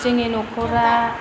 जोंनि नखरा